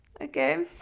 okay